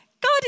God